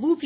Boplikt